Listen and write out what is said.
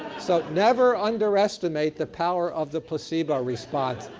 so never underestimate the power of the placebo response.